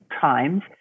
times